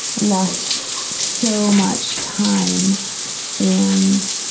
lost so much time and,